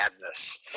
madness